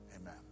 amen